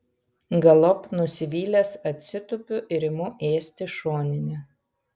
galop nusivylęs atsitupiu ir imu ėsti šoninę